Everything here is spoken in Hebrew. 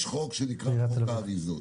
יש חוק שנקרא "חוק האריזות".